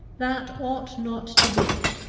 that ought not to be,